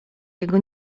jego